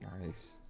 nice